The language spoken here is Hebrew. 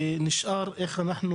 ומה שנשאר זה להבין איך אנחנו